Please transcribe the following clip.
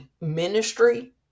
ministry